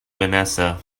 vanessa